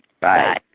Bye